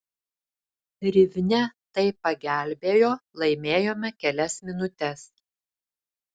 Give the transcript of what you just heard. rivne tai pagelbėjo laimėjome kelias minutes